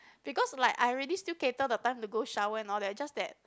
because like I already still cater the time to go shower and all that just that